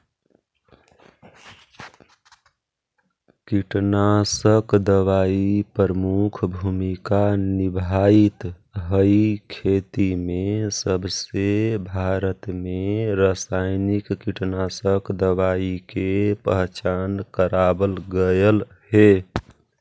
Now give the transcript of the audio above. कीटनाशक दवाई प्रमुख भूमिका निभावाईत हई खेती में जबसे भारत में रसायनिक कीटनाशक दवाई के पहचान करावल गयल हे